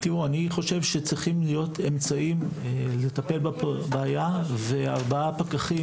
אני חושב שצריכים להיות אמצעים לטפל בבעיה וארבעה פקחים